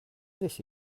this